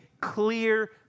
clear